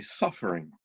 suffering